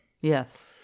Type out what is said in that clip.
Yes